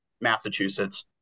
Massachusetts